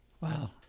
Wow